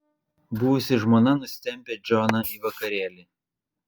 buvusi žmona nusitempia džoną į vakarėlį